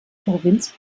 provinz